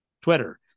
Twitter